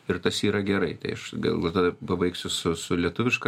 ir tas yra gerai tai aš gal tada pabaigsiu su su lietuviška